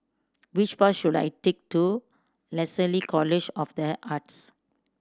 which bus should I take to Lasalle College of The Arts